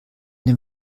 dem